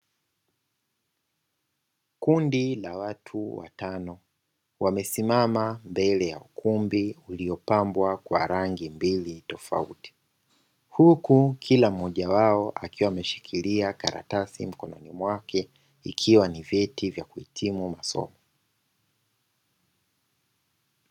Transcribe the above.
Kundi la watu watano wamesimama mbele ya kumbi uliopambwa kwa rangi mbili tofauti; huku kila mmoja wao akiwa ameshikilia karatasi mkononi mwake ikiwa ni vyeti ya kuhitimu masomo.